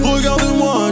Regarde-moi